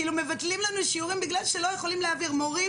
כאילו מבטלים לנו שיעורים בגלל שלא יכולים להעביר מורים?